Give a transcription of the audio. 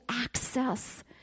access